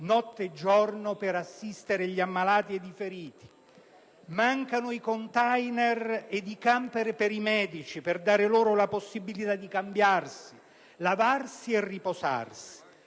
notte e giorno per assistere gli ammalati ed i feriti. Mancano i *container* ed i camper per i medici, per dare loro la possibilità di cambiarsi, lavarsi e riposarsi.